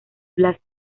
blas